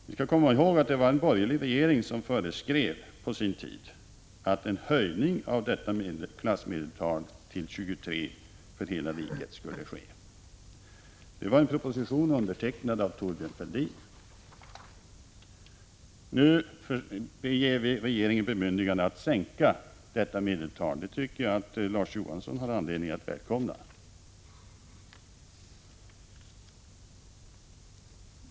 Vi skall komma ihåg att det var en borgerlig regering som på sin tid föreskrev att det skulle ske en höjning av klassmedeltalet till 23 för hela riket. Det var i en proposition undertecknad av Thorbjörn Fälldin. Nu ger vi regeringen bemyndigande att sänka detta medeltal. Det tycker jag att Larz Johansson har anledning att välkomna.